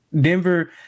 Denver